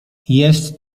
jest